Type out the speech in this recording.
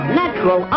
natural